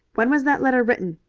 when was that letter written?